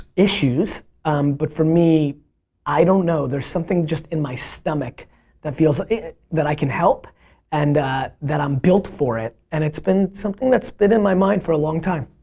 issues but for me i don't know there's something just in my stomach that feels that i can help and that i'm built for it and it's been something that's been in my mind for a long time.